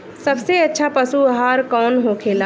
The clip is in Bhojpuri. सबसे अच्छा पशु आहार कौन होखेला?